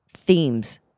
themes